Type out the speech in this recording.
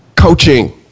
coaching